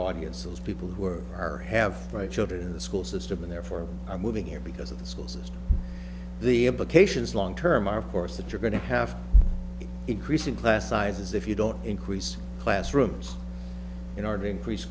audiences people who are or have right children in the school system and therefore i'm moving here because of the school system the implications long term are of course that you're going to have increasing class sizes if you don't increase classrooms in order to increase